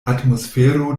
atmosfero